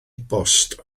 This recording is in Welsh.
bost